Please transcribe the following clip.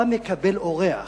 אתה מקבל אורח,